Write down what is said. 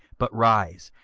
but rise,